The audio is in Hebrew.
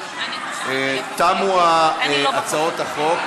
תמו הצעות החוק.